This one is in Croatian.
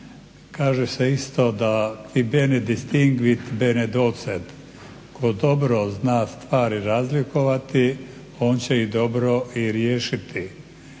kaže se isto da bene docet qui bene distinguit – tko dobro zna stvari razlikovati on će ih dobro i riješiti.